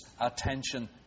attention